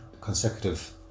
consecutive